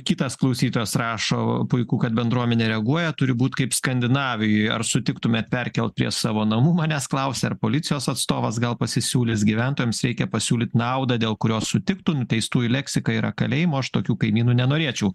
kitas klausytojas rašo puiku kad bendruomenė reaguoja turi būti kaip skandinavijoje ar sutiktumėte perkelti prie savo namų manęs klausia ar policijos atstovas gal pasisiūlys gyventojams reikia pasiūlyti naudą dėl kurios sutiktų nuteistųjų leksika yra kalėjimo aš tokių kaimynų nenorėčiau